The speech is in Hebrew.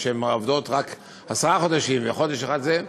ושהן עובדות רק עשרה חודשים וחודש אחד זה,